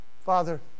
Father